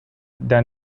than